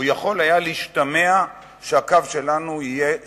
או יכול היה להשתמע שהקו שלנו יהיה שונה,